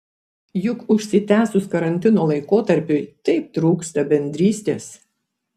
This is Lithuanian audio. juk užsitęsus karantino laikotarpiui taip trūksta bendrystės